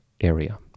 area